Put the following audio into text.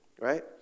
Right